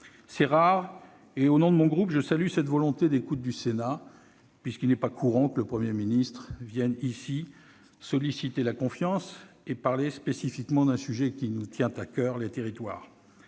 C'est rare et, au nom de mon groupe, je salue cette volonté d'écoute du Sénat. De fait, il n'est pas courant que le Premier ministre vienne solliciter la confiance de notre assemblée et y parler spécifiquement d'un sujet qui nous tient à coeur : les territoires.